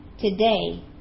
today